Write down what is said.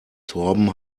torben